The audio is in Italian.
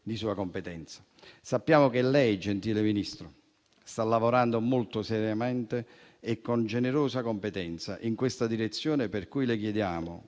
di sua competenza. Sappiamo che lei, gentile Ministro, sta lavorando molto seriamente e con generosa competenza in questa direzione, per cui le chiediamo